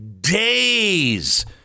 days